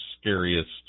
scariest